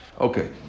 Okay